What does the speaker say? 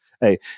hey